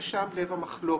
ושם לב המחלוקת.